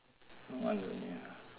one only ah